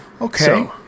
Okay